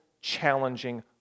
challenging